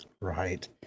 Right